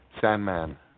Sandman